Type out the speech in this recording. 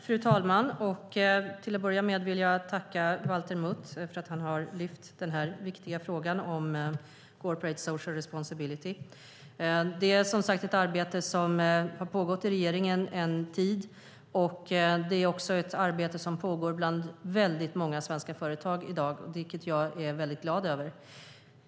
Fru talman! Till att börja med vill jag tacka Valter Mutt för att han har lyft upp denna viktiga fråga om corporate social responsibility. Det är som sagt ett arbete som har pågått i regeringen en tid. Det är också ett arbete som pågår bland väldigt många svenska företag i dag, vilket jag är väldigt glad över.